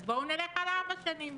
אז בואו נלך על ארבע שנים.